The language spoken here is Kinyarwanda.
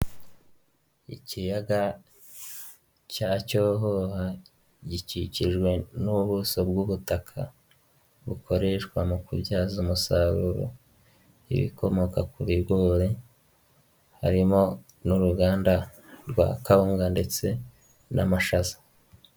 Ikiyaga cya Cyohoha ,gikikijwe n'ubuso bw'ubutaka bukoreshwa mu kubyaza umusaruro ibikomoka ku bigori harimo n'uruganda rwa kawunga ndetse n'amashaza.